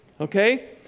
Okay